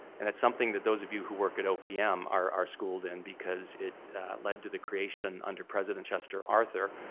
and it's something that those of you who work at opm are are schooled in because it led to the creation, under president chester arthur,